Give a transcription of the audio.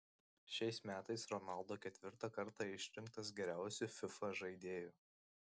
šiais metais ronaldo ketvirtą kartą išrinktas geriausiu fifa žaidėju